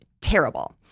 terrible